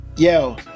yo